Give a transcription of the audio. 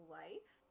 life